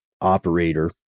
operator